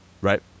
right